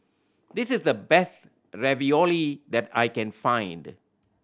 this is the best Ravioli that I can find